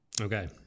Okay